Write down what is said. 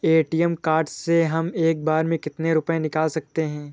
ATM card से हम एक बार में कितने रुपये निकाल सकते हैं?